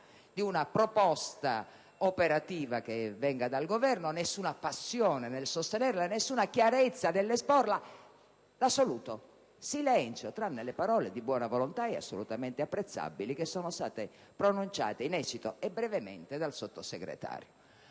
di una proposta operativa che venga dal Governo, nessuna passione nel sostenerla e nessuna chiarezza nell'esporla. Assoluto silenzio, tranne le parole di buona volontà, assolutamente apprezzabili, pronunciate - in esito e brevemente - dal Sottosegretario.